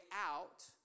out